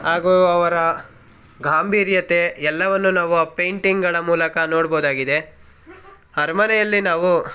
ಹಾಗೂ ಅವರ ಗಾಂಭೀರ್ಯತೆ ಎಲ್ಲವನ್ನೂ ನಾವು ಆ ಪೇಂಟಿಂಗಳ ಮೂಲಕ ನೋಡ್ಬೋದಾಗಿದೆ ಅರಮನೆಯಲ್ಲಿ ನಾವು